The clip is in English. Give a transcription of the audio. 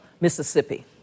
Mississippi